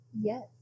Yes